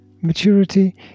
Maturity